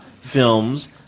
films